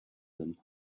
them